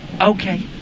Okay